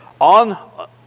on